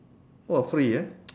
!wah! free eh